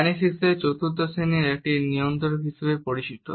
কাইনেসিক্সের চতুর্থ শ্রেণীর একটি নিয়ন্ত্রক হিসাবে পরিচিত